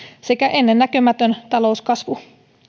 sekä ennennäkemätön talouskasvu